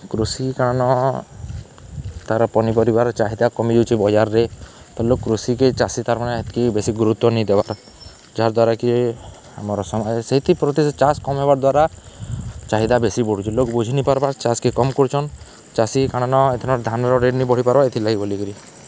କୃଷି କାଣନ ତାର୍ ପନିପରିବାର ଚାହିଦା କମିଯାଉଛେ ବଜାର୍ରେ ତ ଲୋକ୍ କୃଷିିକେ ଚାଷୀ ତାର୍ମାନେ ହେତ୍କି ବେଶି ଗୁରୁତ୍ଵ ନେଇ ଦେବାର୍ ଯାହା ଦ୍ୱାରାକିି ଆମର୍ ସମାଜ୍ ସେଥିପ୍ରତି ଚାଷ୍ କମ୍ ହେବାର ଦ୍ୱାରା ଚାହିଦା ବେଶି ବଢ଼ୁଛେ ଲୋକ୍ ବୁଝିିନିପାର୍ବାର୍ ଚାଷ୍କେ କମ୍ କରୁଚନ୍ ଚାଷୀ କାଣନ ଇଥର ଧାନ୍ର ରେଟ୍ ନେଇ ବଢ଼ିପାର୍ବା ଏଥିରଲାଗି ବୋଲିକରି